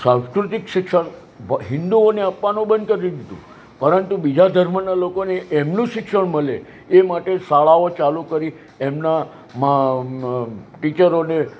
સાંસ્કૃતિક શિક્ષણ હિંદુઓને આપવાનું બંધ કરી દીધું પરંતુ બીજા ધર્મનાં લોકોને એમનું શિક્ષણ મળે એ માટે શાળાઓ ચાલું કરી એમનાં ટીચરોને